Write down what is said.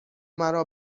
مرا